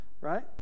Right